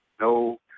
no